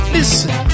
Listen